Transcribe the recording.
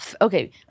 Okay